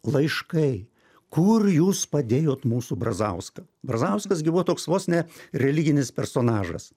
laiškai kur jūs padėjot mūsų brazauską brazauskas gi buvo toks vos ne religinis personažas